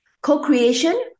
Co-creation